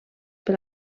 per